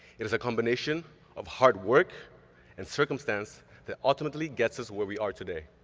it is a combination of hard work and circumstance that ultimately gets us where we are today.